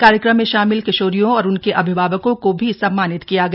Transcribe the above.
कार्यक्रम में शामिल किशोरियों और उनके अभिभावकों को भी सम्मानित किया गया